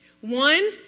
One